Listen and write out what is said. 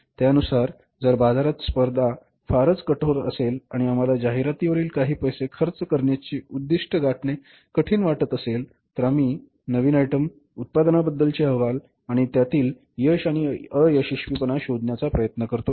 त्यानुसार जर बाजारात स्पर्धा फारच कठोर असेल आणि आम्हाला जाहिरातींवरील काही पैसे खर्च करण्याचे उद्दिष्ट गाठणे कठिण वाटत असेल तर आम्ही नवीन आयटम उत्पादनांबद्दलचे अहवाल आणि त्यातील यश आणि अयशस्वीपणा शोधण्याचा प्रयत्न करतो